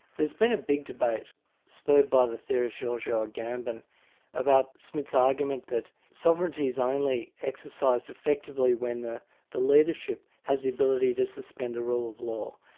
there's been a big debate spurred by the theorist giorgio agamben about schmitt's argument that sovereignty is only exercised effectively when the the leadership has the ability to suspend the rule of law,